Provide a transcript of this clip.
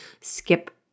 skip